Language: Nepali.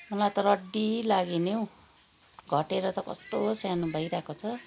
मलाई त रड्डी लाग्यो नि हो घटेर त कस्तो सानो भइरहेको छ